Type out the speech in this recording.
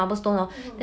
mmhmm